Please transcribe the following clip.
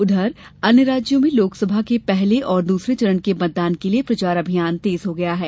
उधर असम में लोकसभा के पहले और दूसरे चरण के मतदान के लिये प्रचार अभियान तेज हो गया है